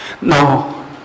No